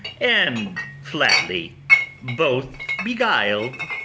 and flatly both beguil'd?